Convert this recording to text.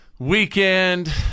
Weekend